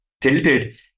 tilted